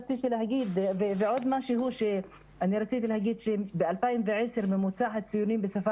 עוד משהו שרציתי להגיד שב-2010 ממוצע הציונים בשפה